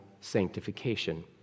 sanctification